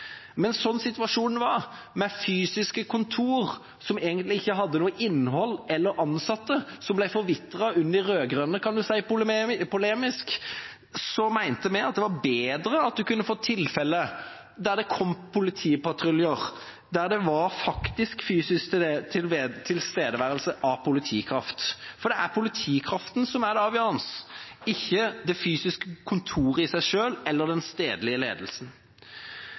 Men slik situasjonen var, med fysiske kontor som egentlig ikke hadde noe innhold eller ansatte, som ble forvitret – kan man polemisk si – under de rød-grønne, mente vi det i de tilfellene var bedre at det kom politipatruljer, med faktisk, fysisk tilstedeværelse av politikraft, for det er politikraften som er det avgjørende – ikke det fysiske kontoret i seg selv eller den stedlige ledelsen.